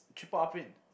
triple R print